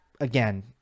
again